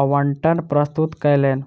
आवंटन प्रस्तुत कयलैन